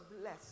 bless